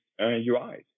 UIs